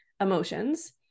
emotions